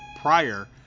prior